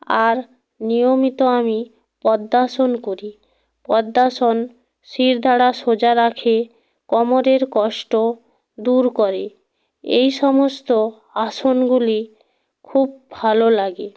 আর নিয়মিত আমি পদ্মাসন করি পদ্মাসন শিরদাঁড়া সোজা রাখে কোমরের কষ্ট দূর করে এই সমস্ত আসনগুলি খুব ভালো লাগে